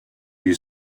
you